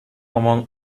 among